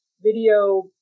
video